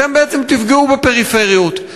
אתם תפגעו בפריפריות,